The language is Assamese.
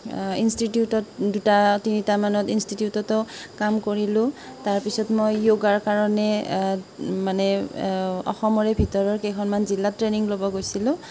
ইনষ্টিটিউটত দুটা তিনিটামানত ইনষ্টিটিউটতো কাম কৰিলোঁ তাৰ পাছত মই য়োগা ৰ কাৰণে মানে অসমৰে ভিতৰৰ কেইখনমান জিলাত ট্ৰেইনিং ল'ব গৈছিলোঁ লৈ আহি মই